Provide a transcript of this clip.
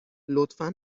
لطفا